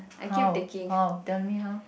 how how tell me how